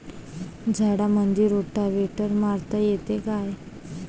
झाडामंदी रोटावेटर मारता येतो काय?